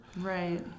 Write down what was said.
right